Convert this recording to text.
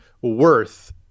worth